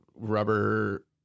rubber